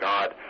God